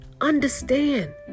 Understand